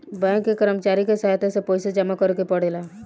bank के कर्मचारी के सहायता से पइसा जामा करेके पड़ेला